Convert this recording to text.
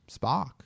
Spock